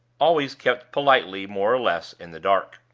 always kept politely, more or less, in the dark.